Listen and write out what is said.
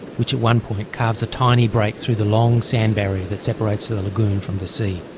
which at one point carves a tiny break through the long sand barrier that separates the lagoon from the sea.